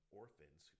orphans